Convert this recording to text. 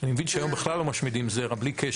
אני מבין שהיום בכלל לא משמידים זרע, בלי קשר.